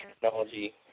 technology